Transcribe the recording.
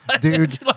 dude